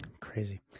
Crazy